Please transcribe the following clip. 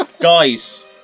Guys